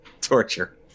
torture